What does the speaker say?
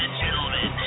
gentlemen